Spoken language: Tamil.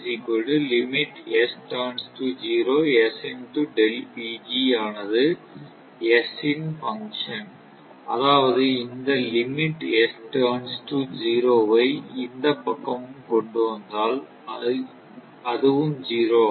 அதாவது இந்த limit S turns to zero வை இந்த பக்கம் கொண்டு வந்தால் அதுவும் ஸிரோ ஆகும்